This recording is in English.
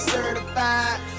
Certified